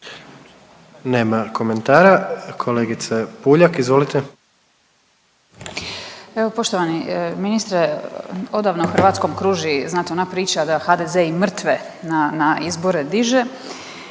Nema komentara. Kolegice Puljak, izvolite.